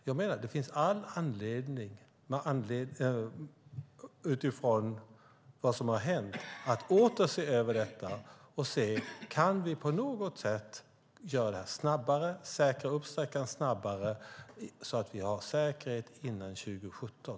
Jag menar att det utifrån vad som har hänt finns all anledning att åter se över detta och se om vi på något sätt kan göra detta snabbare, säkra upp sträckan snabbare, så att vi har fullgod säkerhet före 2017.